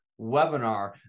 webinar